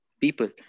people